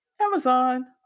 Amazon